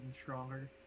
stronger